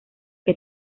que